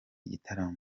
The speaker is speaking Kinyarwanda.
gitaramo